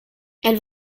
elle